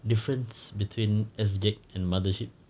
difference between SGAG and mothership